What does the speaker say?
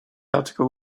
article